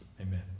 amen